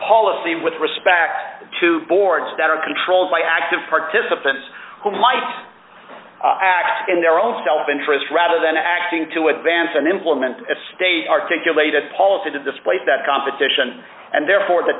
policy with respect to boards that are controlled by active participants who might act in their own self interest rather than acting to advance and implement a state articulated policy to displace that competition and therefore the